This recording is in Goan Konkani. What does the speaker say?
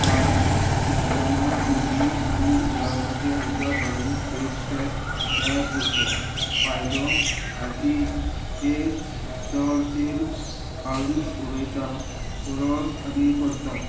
पाळ मुतना मुडी आनी गुलाबाचें उदक घालून फेस पॅक तयार करचो फायदो खातीचे चड तेल काडून उडयता पुरळ आनी करतात